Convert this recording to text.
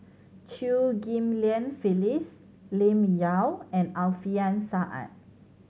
Chew Ghim Lian Phyllis Lim Yau and Alfian Sa'at